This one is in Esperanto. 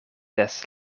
des